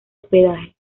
hospedaje